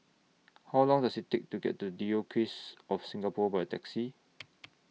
How Long Does IT Take to get to Diocese of Singapore By Taxi